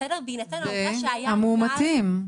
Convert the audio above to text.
בהינתן העובדה שהייתה -- והמאומתים.